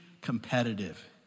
competitive